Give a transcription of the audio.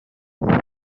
quatre